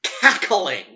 cackling